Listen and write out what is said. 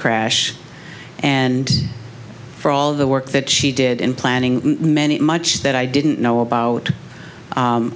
crash and for all the work that she did in planning many much that i didn't know about